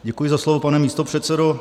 Děkuji za slovo, pane místopředsedo.